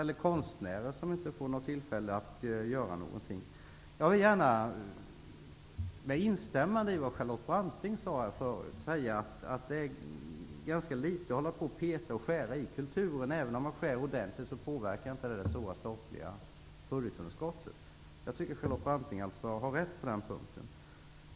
Med instämmande i vad Charlotte Branting sade här tidigare vill jag säga att det inte är så mycket värt att peta och skära i de små beloppen till kulturen. Även om man skär ordentligt påverkar det inte det stora statliga budgetunderskottet. Jag tycker att Charlotte Branting har rätt på den punkten.